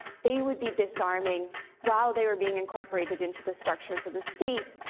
they would be disarming while they were being incorporated into the structures of the state,